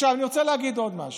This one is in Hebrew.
אני רוצה להגיד עוד משהו.